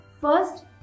First